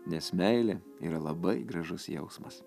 nes meilė yra labai gražus jausmas